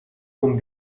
kon